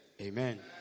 Amen